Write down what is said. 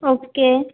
okay